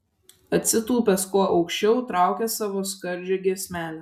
atsitūpęs kuo aukščiau traukia savo skardžią giesmelę